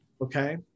Okay